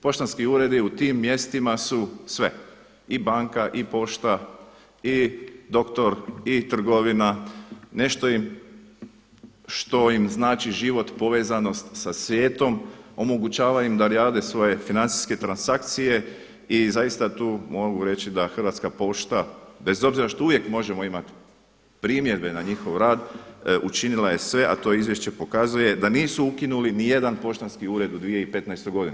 Poštanski uredi u tim mjestima su sve i banka i pošta i doktor i trgovina, nešto što im znači život, povezanost sa svijetom, omogućava im da rade svoje financijske transakcije i zaista tu mogu reći da Hrvatska pošta bez obzira što uvijek možemo imati primjedbe na njihov rad, učinila je sve, a to izvješće pokazuje, da nisu ukinuli nijedan poštanski ured u 2015. godini.